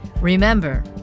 remember